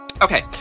Okay